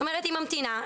היא ממתינה,